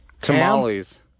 Tamales